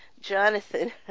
Jonathan